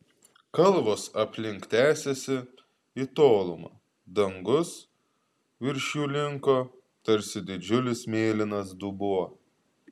kalvos aplink tęsėsi į tolumą dangus virš jų linko tarsi didžiulis mėlynas dubuo